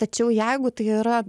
tačiau jeigu tai yra